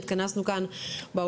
התכנסנו כאן היום